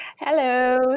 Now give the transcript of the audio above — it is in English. Hello